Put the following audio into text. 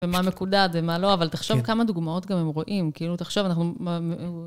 ומה מקודד ומה לא, אבל תחשוב כמה דוגמאות גם הם רואים. כאילו, תחשוב, אנחנו...